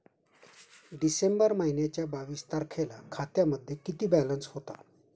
डिसेंबर महिन्याच्या बावीस तारखेला खात्यामध्ये किती बॅलन्स होता?